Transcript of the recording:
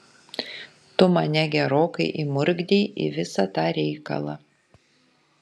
tu mane gerokai įmurkdei į visą tą reikalą